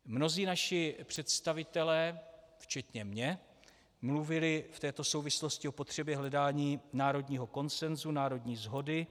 Mnozí naši představitelé, včetně mě, mluvili v této souvislosti o potřebě hledání národního konsenzu, národní shody.